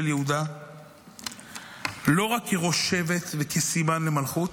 יהודה לא רק כראש שבט וכסימן למלכות,